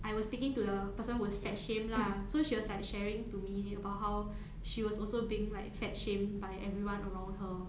I was speaking to the person who was fat shamed lah so she was like sharing to me about how she was also being like fat shamed by everyone around her